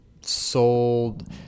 sold